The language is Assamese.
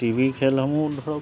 টিভি খেলসমূহ ধৰক